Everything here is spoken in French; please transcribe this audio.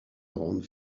rendent